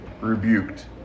rebuked